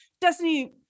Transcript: Destiny